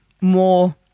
more